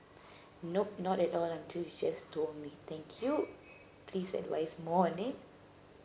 nope not at all I'm just to on me thank you please advise more on it